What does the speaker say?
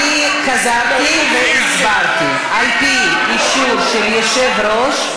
אני חזרתי והסברתי: על-פי אישור של יושב-ראש,